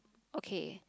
okay